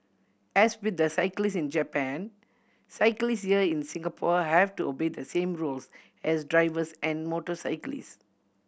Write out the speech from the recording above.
as with the cyclist in Japan cyclist here in Singapore have to obey the same rules as drivers and motorcyclists